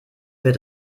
wird